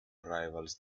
rivals